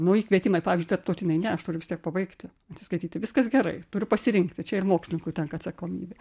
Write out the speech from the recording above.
nauji kvietimai pavyzdžiui tarptautiniai ne aš turiu pabaigti atsiskaityti viskas gerai turiu pasirinkti čia ir mokslininkui tenka atsakomybė